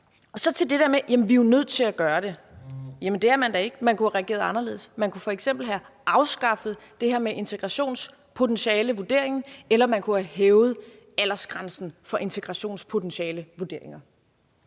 Så til det der med, at vi er nødt til at gøre det. Jamen det er man da ikke. Man kunne have reageret anderledes. Man kunne f.eks. have afskaffet det her med integrationspotentialevurderingen, eller man kunne have hævet aldersgrænsen for integrationspotentialevurderinger.